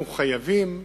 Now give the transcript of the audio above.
אנחנו חייבים,